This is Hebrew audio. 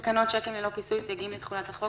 טיוטת תקנות שיקים ללא כיסוי (סייגים לתחולת החוק),